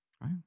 right